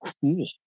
cool